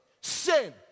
sin